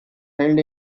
held